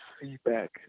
feedback